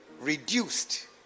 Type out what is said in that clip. reduced